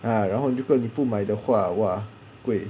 ah 然后如果你不买的话 !wah! 贵